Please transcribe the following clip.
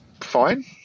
fine